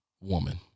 woman